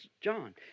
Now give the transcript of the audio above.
John